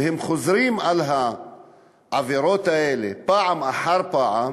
והם חוזרים על העבירות האלה פעם אחר פעם.